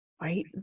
Right